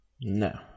No